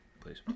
Please